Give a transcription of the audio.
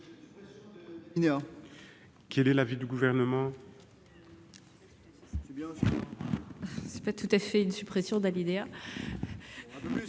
Quel est l'avis du Gouvernement ? Ce n'est pas tout à fait la simple suppression d'un